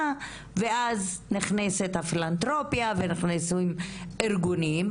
ואז נכנסת הפילנתרופיה ונכנסים ארגונים,